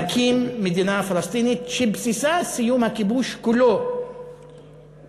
להקים מדינה פלסטינית שבסיסה סיום הכיבוש כולו ב-67'.